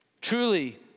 truly